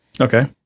okay